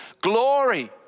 glory